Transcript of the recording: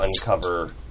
uncover